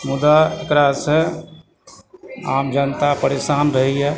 मुदा एकरासँ आम जनता परेशान रहैए